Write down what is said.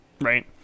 Right